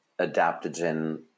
adaptogen